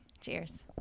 cheers